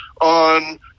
on